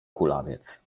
kulawiec